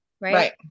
Right